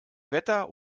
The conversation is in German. wetter